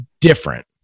different